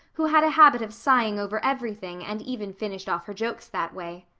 who had a habit of sighing over everything and even finished off her jokes that way.